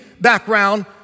background